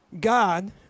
God